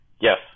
Yes